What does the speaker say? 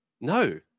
No